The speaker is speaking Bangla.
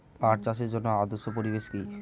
পাট চাষের জন্য আদর্শ পরিবেশ কি?